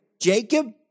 Jacob